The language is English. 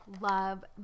love